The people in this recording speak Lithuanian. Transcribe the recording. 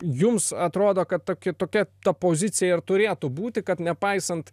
jums atrodo kad tokia tokia ta pozicija ir turėtų būti kad nepaisant